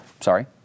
Sorry